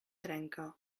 trenca